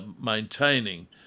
maintaining